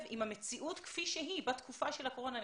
עם המציאות כפי שהיא בתקופה של הקורונה.